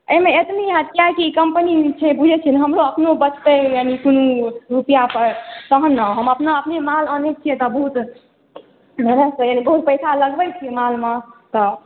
एहिमे एतनी होयत कियाकि ई कम्पनी जे छै बुझै छी ने हमरो अपनो बचतै रुपआ तहन ने हम अपना पैर पर कुल्हाड़ी अनै छियै तऽ बहुत बहुत पैसा लगबै छी मोबाइलमे तऽ